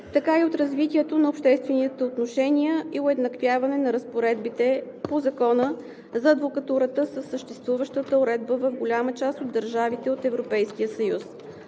така и от развитието на обществените отношения и уеднаквяване на разпоредбите на Закона за адвокатурата със съществуващата уредба в голяма част от държавите от Европейския съюз.